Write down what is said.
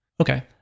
Okay